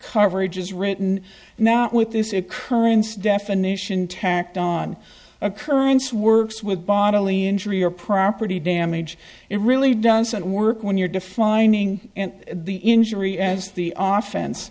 coverage is written now with this occurrence definition tacked on occurrence works with bodily injury or property damage it really doesn't work when you're defining the injury as the are fence